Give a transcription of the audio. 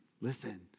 Listen